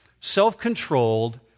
self-controlled